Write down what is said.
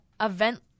event